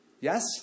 Yes